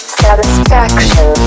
satisfaction